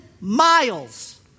miles